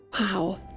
wow